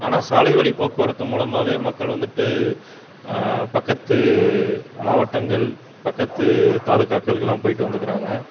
ஆனால் சாலை வழிப் போக்குவரத்து மூலமாகவே மக்கள் வந்துவிட்டு பக்கத்து மாவட்டங்கள் பக்கத்துத் தாலுக்காக்களுக்குலாம் போய்ட்டு வந்துக்கிறாங்க